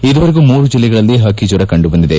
ಇದುವರೆಗೂ ಮೂರು ಜಿಲ್ಲೆಗಳಲ್ಲಿ ಪಕ್ಕಿ ಜ್ವರ ಕಂಡುಬಂದಿದೆ